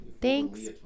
thanks